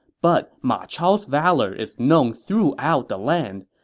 but ma chao's valor is known throughout the land.